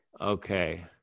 okay